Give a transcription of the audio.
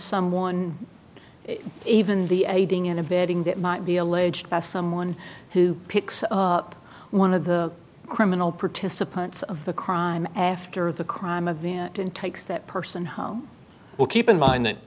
someone even the aiding and abetting that might be alleged by someone who picks up one of the criminal participants of the crime after the crime of the in takes that person home will keep in mind that